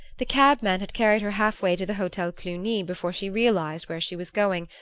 the cabman had carried her half-way to the hotel cluny before she realized where she was going,